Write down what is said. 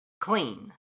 clean